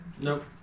Nope